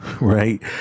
right